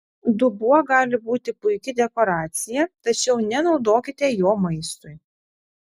dubuo gali būti puiki dekoracija tačiau nenaudokite jo maistui